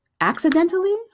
accidentally